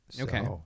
Okay